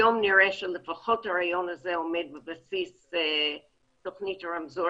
היום נראה שלפחות הרעיון הזה עומד בבסיס תכנית הרמזור